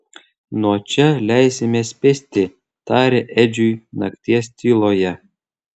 nuo čia leisimės pėsti tarė edžiui nakties tyloje